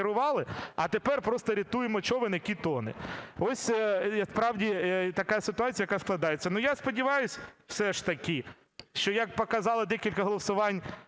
а тепер просто рятуємо човен, який тоне. Ось, справді, така ситуація, яка складається. Але я сподіваюся все ж таки, що, як показало декілька голосувань